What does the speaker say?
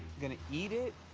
gonna eat it?